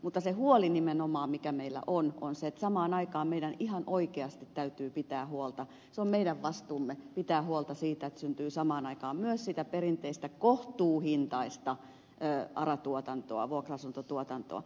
mutta se huoli nimenomaan mikä meillä on on se että samaan aikaan meidän ihan oikeasti täytyy pitää huolta se on meidän vastuumme siitä että syntyy samaan aikaan myös sitä perinteistä kohtuuhintaista ara tuotantoa vuokra asuntotuotantoa